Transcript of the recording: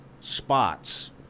spots